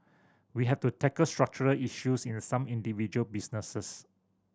we have to tackle structural issues in some individual businesses